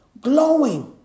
glowing